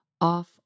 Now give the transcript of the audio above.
off